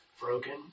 broken